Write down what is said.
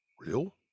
real